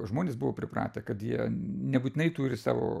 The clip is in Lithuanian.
žmonės buvo pripratę kad jie nebūtinai turi savo